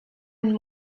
and